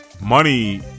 money